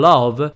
Love